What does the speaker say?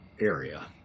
area